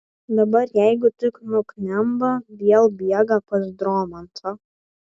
dabar jeigu tik nuknemba vėl bėga pas dromantą